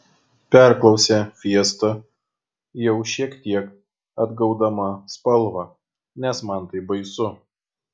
perklausė fiesta jau šiek tiek atgaudama spalvą nes man tai baisu